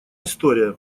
история